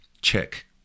Check